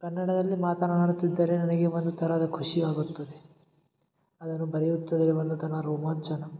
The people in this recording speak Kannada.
ಕನ್ನಡದಲ್ಲಿ ಮಾತನಾಡುತ್ತಿದ್ದರೆ ನನಗೆ ಒಂದು ಥರದ ಖುಷಿಯಾಗುತ್ತದೆ ಅದನ್ನು ಬರೆಯುತ್ತದೆ ಒಂದು ತನ ರೋಮಾಂಚನ